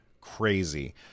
crazy